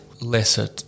lesser